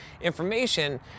information